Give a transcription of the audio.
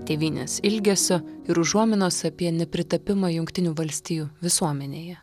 tėvynės ilgesio ir užuominos apie nepritapimą jungtinių valstijų visuomenėje